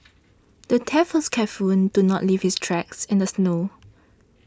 the thief was careful and to not leave his tracks in the snow